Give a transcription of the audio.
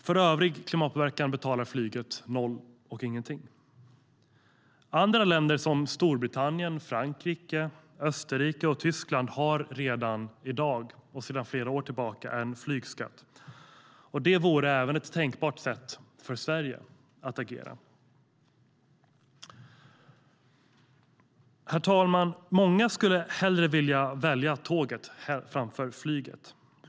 För övrig klimatpåverkan betalar flyget noll och ingenting. Länder som Storbritannien, Frankrike, Österrike och Tyskland har sedan flera år en flygskatt. Det vore en tänkbar lösning även för Sverige.Många skulle hellre ta tåg än flyg.